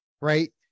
right